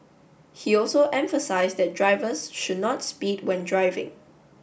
he also emphasised that drivers should not speed when driving